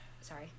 sorry